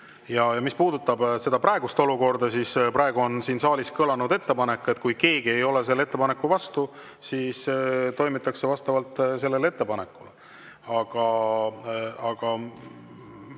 Mis puudutab praegust olukorda, siis praegu on siin saalis kõlanud ettepanek ja kui keegi ei ole selle ettepaneku vastu, siis toimitakse vastavalt sellele ettepanekule. Aga praegu